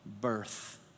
birth